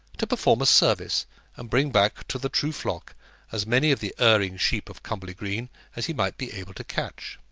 to perform a service and bring back to the true flock as many of the erring sheep of cumberly green as he might be able to catch.